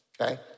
Okay